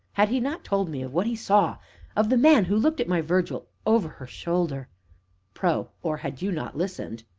had he not told me of what he saw of the man who looked at my virgil over her shoulder pro. or had you not listened.